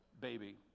baby